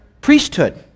priesthood